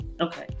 Okay